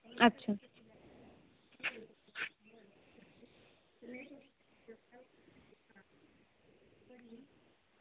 अच्छा